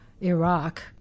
Iraq